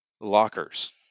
Lockers